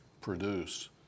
produce